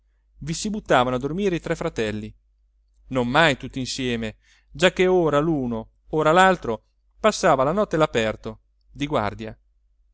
vi si buttavano a dormire i tre fratelli non mai tutti insieme giacché ora l'uno ora l'altro passava la notte all'aperto di guardia